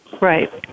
right